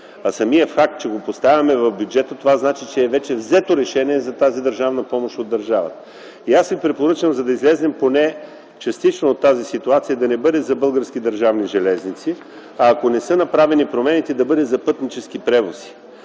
Самият факт, че го поставяме в бюджета, значи, че вече е взето решение за тази държавна помощ от държавата. Аз ви препоръчвам, за да излезем поне частично от тази ситуация, да не бъде „за Български държавни железници”, а ако не са направени промените, да бъде „за „Пътнически превози”.